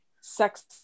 sex